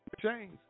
change